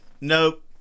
Nope